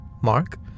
Mark